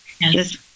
Yes